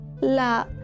la